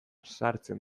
sartzen